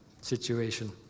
situation